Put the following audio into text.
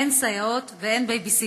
אין סייעות ואין בייביסיטר?